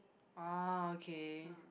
ah okay